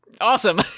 Awesome